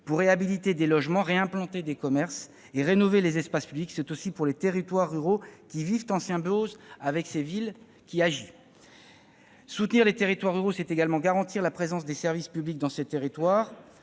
pour réhabiliter des logements, réimplanter des commerces et rénover les espaces publics, il agit aussi pour les territoires ruraux qui vivent en symbiose avec la ville voisine. Soutenir les territoires ruraux, c'est également garantir la présence des services au public dans ces territoires.